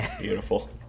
Beautiful